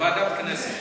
ועדת הכנסת.